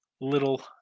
little